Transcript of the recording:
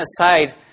aside